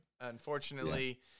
Unfortunately